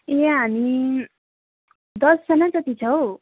ए हामी दसजना जति छौँ